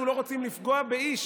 אנחנו לא רוצים לפגוע באיש.